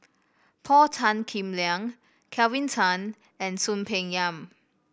Paul Tan Kim Liang Kelvin Tan and Soon Peng Yam